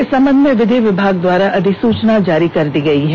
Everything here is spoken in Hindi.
इस बाबत विधि विभाग द्वारा अधिसूचना जारी कर दी गई है